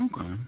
okay